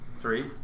Three